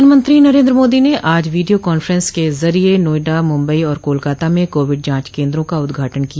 प्रधानमंत्री नरेन्द्र मोदी ने आज वीडियो कांफ्रेंस के जरिये नोएडा मुंबई और कोलकाता में कोविड जांच केन्द्रों का उद्घाटन किया